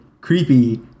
creepy